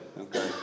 okay